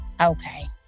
okay